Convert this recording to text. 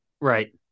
Right